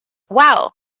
wow